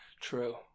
True